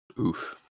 Oof